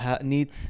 need